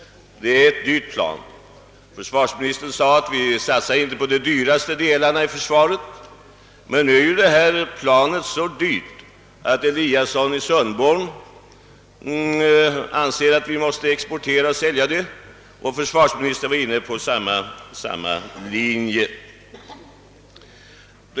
Det är ett dyrt plan. Försvars ministern sade att vi inte satsar på de dyraste delarna i försvaret men detta plan är ju så kostsamt, att herr Eliasson i Sundborn anser att vi måste exportera det, och försvarsministern var inne på samma linje.